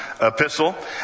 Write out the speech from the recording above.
epistle